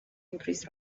increased